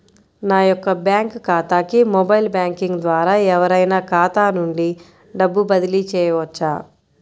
నా యొక్క బ్యాంక్ ఖాతాకి మొబైల్ బ్యాంకింగ్ ద్వారా ఎవరైనా ఖాతా నుండి డబ్బు బదిలీ చేయవచ్చా?